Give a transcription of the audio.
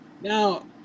Now